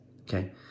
okay